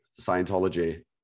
Scientology